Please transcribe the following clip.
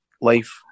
life